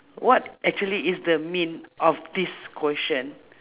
what actually is the mean of this question